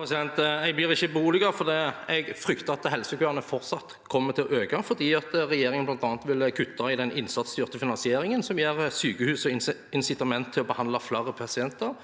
Jeg blir ikke beroli- get, for jeg frykter at helsekøene fortsatt kommer til å øke, bl.a. fordi regjeringen vil kutte i den innsatsstyrte finansieringen, som gir sykehus insitament til å behandle flere pasienter,